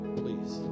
please